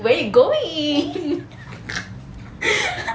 where you going